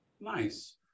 nice